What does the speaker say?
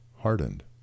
hardened